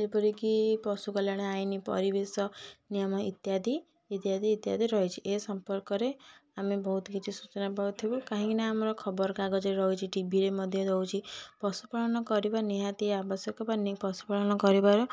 ଯେପରିକି ପଶୁ କଲ୍ୟାଣ ଆଇନ ପରିବେଶ ନିୟମ ଇତ୍ୟାଦି ଇତ୍ୟାଦି ଇତ୍ୟାଦି ରହିଛି ଏ ସମ୍ପର୍କରେ ଆମେ ବହୁତ କିଛି ସୂଚନା ପାଉଥିବୁ କାଇଁକିନା ଆମର ଖବରକାଗଜରେ ରହିଛି ଟିଭିରେ ମଧ୍ୟ ଦେଉଛି ପଶୁପାଳନ କରିବା ନିହାତି ଆବଶ୍ୟକ ବା ନି ପଶୁପାଳନ କରିବାର